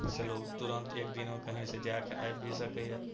सँ लोक तुरन्त एक दिनमे कहीँसँ जाइके आबि भी सकैए